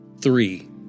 Three